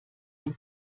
dem